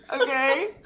okay